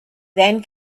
then